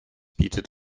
bietet